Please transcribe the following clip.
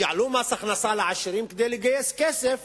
יעלו מס הכנסה לעשירים כדי לגייס כסף